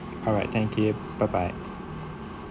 alright thank you bye bye